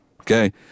okay